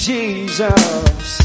Jesus